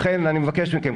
לכן אני מבקש מכם,